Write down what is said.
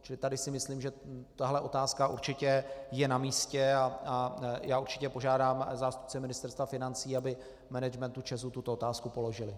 Čili tady si myslím, že tahle otázka určitě je namístě, a já určitě požádám zástupce Ministerstva financí, aby managementu ČEZu tuto otázku položili.